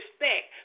respect